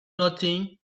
nothing